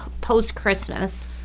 post-Christmas